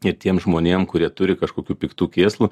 ir tiem žmonėm kurie turi kažkokių piktų kėslų